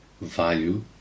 value